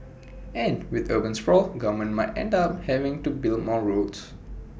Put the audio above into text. and with urban sprawl governments might end up having to build more roads